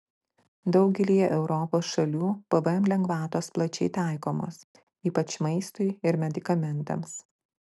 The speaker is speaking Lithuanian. daugelyje europos šalių pvm lengvatos plačiai taikomos ypač maistui ir medikamentams